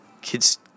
kids